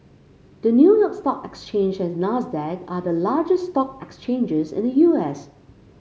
the New York Stock Exchange and Nasdaq are the largest stock exchanges in the U S